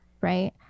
right